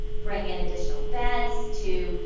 bring in additional beds to,